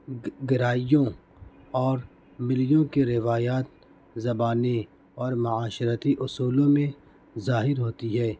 گرائیوں اور ملیوں کے روایات زبانیں اور معاشرتی اصولوں میں ظاہر ہوتی ہے